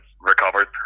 recovered